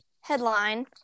headline